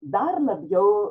dar labiau